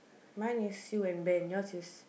mine is sue and Ben yours is